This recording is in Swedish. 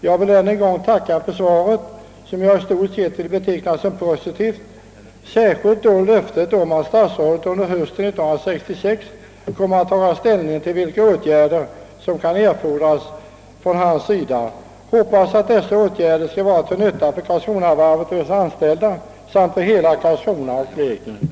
Jag vill än en gång tacka för svaret som jag i stort sett vill beteckna som positivt, särskilt då löftet om att statsrådet under hösten 1966 kommer att taga ställning till vilka åtgärder som kan erfordras från hans sida. Jag hoppas att dessa åtgärder skall vara till nytta för Karlskronavarvet och dess anställda samt för Karlskrona och Blekinge.